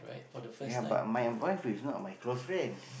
ya but my wife is not my close friend